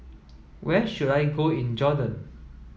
where should I go in Jordan